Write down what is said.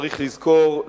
צריך לזכור,